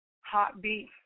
Heartbeat